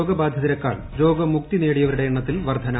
രോഗബാധിതരേക്കാൾ ്ട്ര്യോഗമു്ക്തി നേടിയവരുടെ എണ്ണത്തിൽ വർദ്ധന